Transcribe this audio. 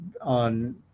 on